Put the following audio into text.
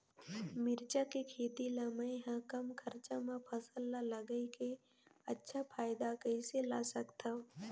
मिरचा के खेती ला मै ह कम खरचा मा फसल ला लगई के अच्छा फायदा कइसे ला सकथव?